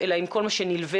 בין אם זה צוות שהוא ברובו